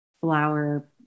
flower